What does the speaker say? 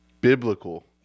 biblical